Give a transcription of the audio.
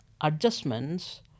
adjustments